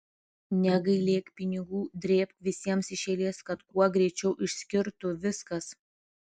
negailėk pinigų drėbk visiems iš eilės kad kuo greičiau išskirtų viskas